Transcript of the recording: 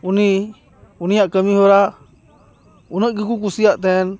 ᱩᱱᱤ ᱩᱱᱤᱭᱟᱜ ᱠᱟᱹᱢᱤᱦᱚᱨᱟ ᱩᱱᱟᱹᱜ ᱜᱮᱠᱚ ᱠᱩᱥᱤᱭᱟᱜ ᱛᱟᱦᱮᱱ